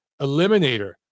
eliminator